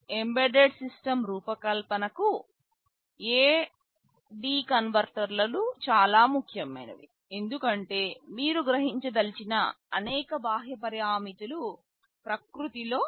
embedded system రూపకల్పనకు A D కన్వర్టర్లు చాలా ముఖ్యమైనవి ఎందుకంటే మీరు గ్రహించదలిచిన అనేక బాహ్య పారామితులు ప్రకృతిలో అనలాగ్